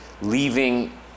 leaving